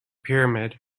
pyramid